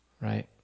right